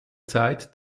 zeit